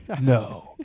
No